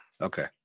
Okay